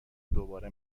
دوباره